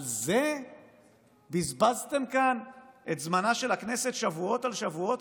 על זה בזבזתם כאן את זמנה של הכנסת שבועות על שבועות,